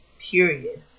period